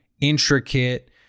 intricate